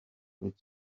rwyt